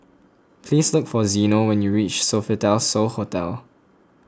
please look for Zeno when you reach Sofitel So Hotel